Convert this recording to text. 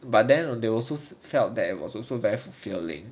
but then they also felt that it was also very fulfilling